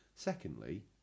Secondly